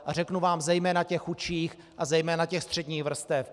A řeknu vám, zejména těch chudších a zejména těch středních vrstev.